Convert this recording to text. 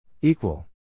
Equal